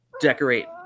decorate